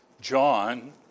John